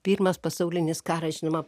pirmas pasaulinis karas žinoma